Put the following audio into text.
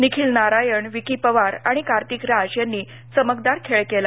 निखिल नारायण विकी पवार आणि कार्तिक राज यांनी चमकदार खेळ केला